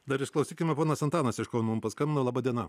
dar išklausykime ponas antanas iš kauno mum paskambino laba diena